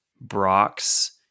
Brock's